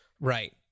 Right